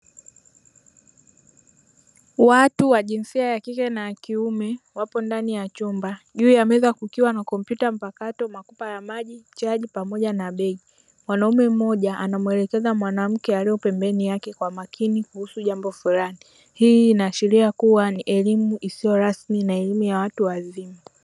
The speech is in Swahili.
Watu wa jinsia ya kike na ya kiume wapo ndani ya chumba juu ya meza kukiwa na kompyuta mpakato, machupa ya maji, chaji pamoja na begi, mwanaume mmoja anamuelekeza mwanamke aliye pembeni yake kwa makini kuhusu jambo fulani, hii inaashiria kuwa ni elimu isiyo rasmi na elimu ya watu wazima.